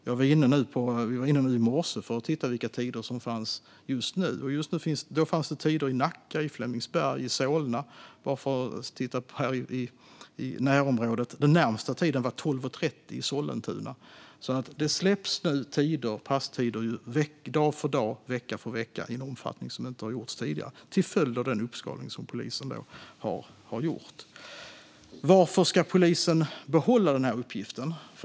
Vi var inne i morse för att titta på vilka tider som fanns just då. Då fanns det tider i Nacka, i Flemingsberg och i Solna - bara för att nämna vad som fanns i närområdet. Den närmsta tiden var 12.30 i Sollentuna. Det släpps alltså passtider dag för dag och vecka för vecka i en omfattning som inte har varit tidigare, till följd av den uppskalning som polisen har gjort. Varför ska polisen behålla den här uppgiften?